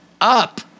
up